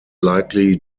likely